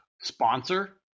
Sponsor